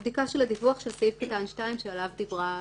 הבדיקה של הדיווח של סעיף קטן (2) שעליו דיברה עדי.